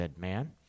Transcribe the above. man